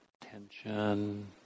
tension